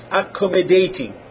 accommodating